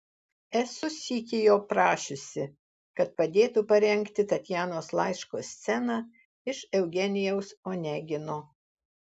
esu sykį jo prašiusi kad padėtų parengti tatjanos laiško sceną iš eugenijaus onegino